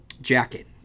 jacket